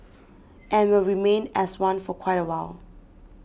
and will remain as one for quite a while